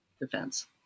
defense